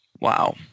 Wow